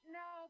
no